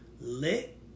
lit